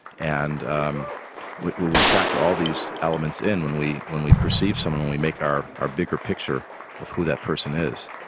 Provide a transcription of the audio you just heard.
and um when when we factor all these elements in, when we when we perceive someone we make our our bigger picture of who that person is.